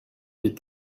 did